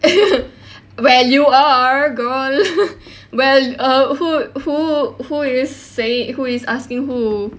well you are girl well um who who who is sayin~ who is asking who